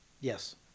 Yes